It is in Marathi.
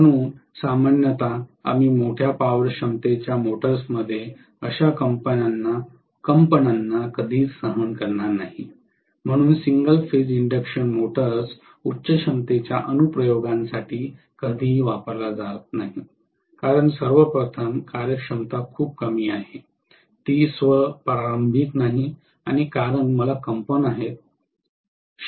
म्हणून सामान्यत आम्ही मोठ्या पॉवर क्षमतेच्या मोटर्समध्ये अशा कंपनांना कधीच सहन करणार नाही म्हणून सिंगल फेज इंडक्शन मोटर्स उच्च क्षमतेच्या अनुप्रयोगांसाठी कधीही वापरला जात नाही कारण सर्वप्रथम कार्यक्षमता खूप कमी आहे ती स्व प्रारंभिक नाही आणि कारण मला कंपन आहेत